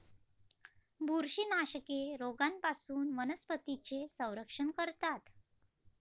बुरशीनाशके रोगांपासून वनस्पतींचे संरक्षण करतात